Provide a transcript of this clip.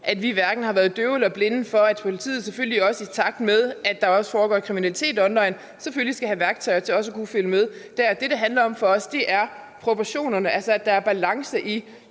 at vi hverken har været døve eller blinde for, at politiet selvfølgelig, i takt med at der også foregår kriminalitet online, skal have værktøjer til at kunne følge med dér. Det, det handler om for os, er proportionerne, altså at der er balance